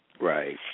Right